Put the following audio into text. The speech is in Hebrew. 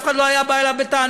אף אחד לא היה בא אליו בטענות,